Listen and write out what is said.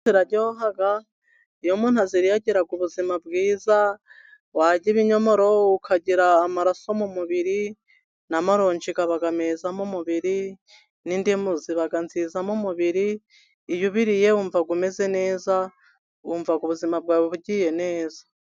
Imbuto ziraryoha iyo umuntu aziriye agira ubuzima bwiza, warya ibinyomoro ukagira amaraso mu mubiri, na maronje aba meza mu mubiri, n'indimu ziba nziza mu mubiri. Iyo ubiriye wumva umeze neza, wumva ubuzima bwawe bugiye neza.